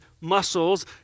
muscles